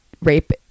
rape